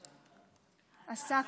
עסאקלה,